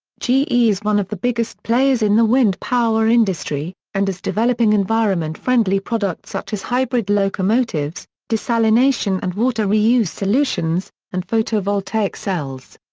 is one of the biggest players in the wind power industry, and is developing environment-friendly products such as hybrid locomotives, desalination and water reuse solutions, and photovoltaic cells.